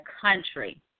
country